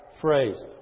phrase